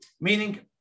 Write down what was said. Meaning